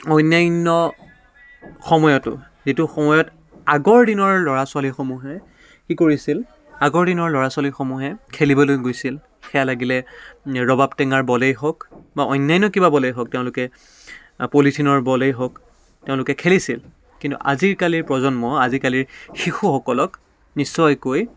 অন্যান্য সময়তো যিটো সময়ত আগৰ দিনৰ ল'ৰা ছোৱালীসমূহে কি কৰিছিল আগৰ দিনৰ ল'ৰা ছোৱালীসমূহে খেলিবলৈ গৈছিল সেয়া লাগিলে ৰবাব টেঙাৰ বলেই হওক বা অন্যান্য কিবা বলেই হওক তেওঁলোকে পলিথিনৰ বলেই হওক তেওঁলোকে খেলিছিল কিন্তু আজিকালিৰ প্ৰজন্ম আজিকালিৰ শিশুসকলক নিশ্চয়কৈ